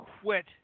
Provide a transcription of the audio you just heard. quit